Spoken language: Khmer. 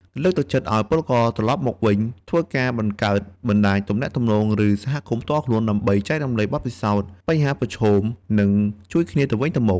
លើកទឹកចិត្តឱ្យពលករវិលត្រឡប់មកវិញធ្វើការបង្កើតបណ្តាញទំនាក់ទំនង ឬសមាគមផ្ទាល់ខ្លួន ដើម្បីចែករំលែកបទពិសោធន៍ បញ្ហាប្រឈម និងជួយគ្នាទៅវិញទៅមក។